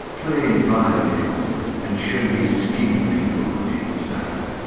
play violins and show me skinny people looking sad.